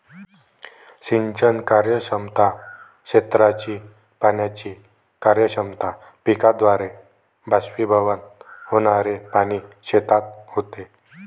सिंचन कार्यक्षमता, क्षेत्राची पाण्याची कार्यक्षमता, पिकाद्वारे बाष्पीभवन होणारे पाणी शेतात होते